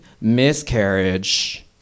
miscarriage